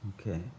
Okay